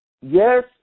yes